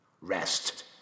Rest